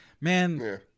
man